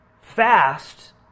fast